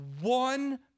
one